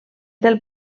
del